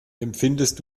empfindest